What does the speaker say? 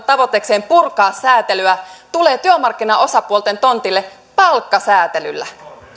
tavoitteekseen purkaa säätelyä tulee työmarkkinaosapuolten tontille palkkasäätelyllä